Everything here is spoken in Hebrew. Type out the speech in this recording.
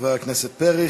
חבר הכנסת פרי.